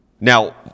Now